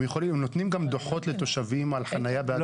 הם נותנים גם דוחות לתושבים על חניה באדום לבן?